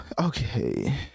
okay